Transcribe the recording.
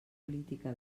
política